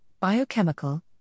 biochemical